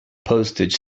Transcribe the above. postage